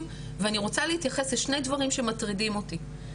ואני רוצה להתייחס לשני דברים שמטרידים אותי.